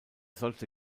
sollte